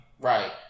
right